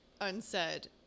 unsaid